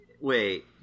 Wait